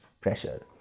pressure